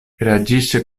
reagisce